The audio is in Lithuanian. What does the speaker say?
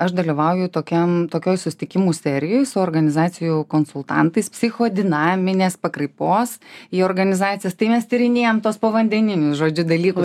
aš dalyvauju tokiam tokioj susitikimų serijoj su organizacijų konsultantais psichodinaminės pakraipos į organizacijas tai mes tyrinėjam tuos povandeninius žodžiu dalykus